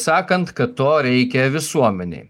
ir sakant kad to reikia visuomenei